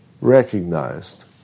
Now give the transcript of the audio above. recognized